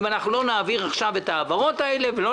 אם אנחנו לא נעביר עכשיו את העברות האלה ואת